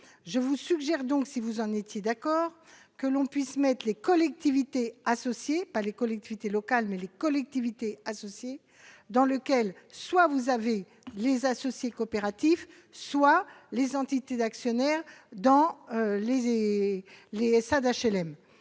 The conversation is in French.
je vous suggère donc, si vous en étiez d'accord que l'on puisse mettent les collectivités associées par les collectivités locales, mais les collectivités associées dans lequel, soit vous avez les associe coopératif, soit les entités d'actionnaires dans les jets